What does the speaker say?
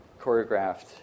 choreographed